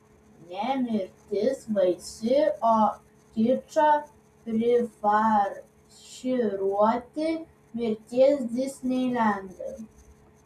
ne mirtis baisi o kičo prifarširuoti mirties disneilendai